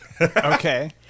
Okay